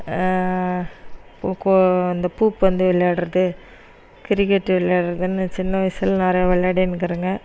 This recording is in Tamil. இந்த கொ இந்த பூப்பந்து விளையாடுறது கிரிக்கெட்டு விளையாடுறதுன்னு சின்ன வயசில் நிறையா விளாடின்னு இருக்குறேங்க